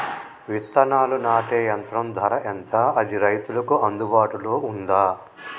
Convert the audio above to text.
విత్తనాలు నాటే యంత్రం ధర ఎంత అది రైతులకు అందుబాటులో ఉందా?